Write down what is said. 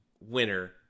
winner